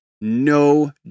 no